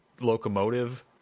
locomotive